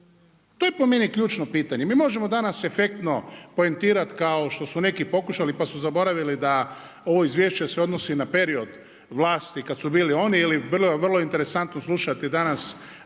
To je po meni ključno pitanje. Mi možemo danas efektno poentirati kao što su neki pokušali pa su zaboravili da ovo izvješće se odnosi na period vlasti kad su bili oni. Ili bilo je vrlo interesantno slušati danas